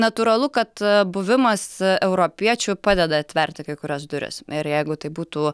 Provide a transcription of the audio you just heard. natūralu kad buvimas europiečiu padeda atverti kai kurias duris ir jeigu tai būtų